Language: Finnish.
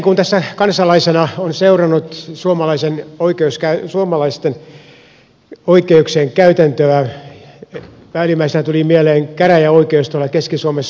kun tässä kansalaisena on seurannut suomalaisten oikeuksien käytäntöä niin päällimmäisenä tulee mieleen käräjäoikeus tuolla keski suomessa